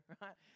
right